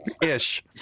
Ish